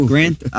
Grant